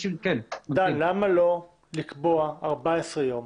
למה לא לקבוע 14 ימים